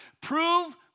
Prove